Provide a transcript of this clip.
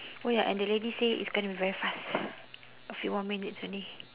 oh ya and the lady say it's gonna be very fast a few more minutes only